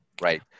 right